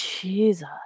Jesus